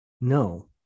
No